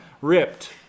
ripped